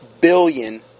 billion